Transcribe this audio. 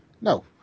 No